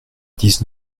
dix